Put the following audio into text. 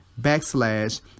backslash